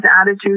attitude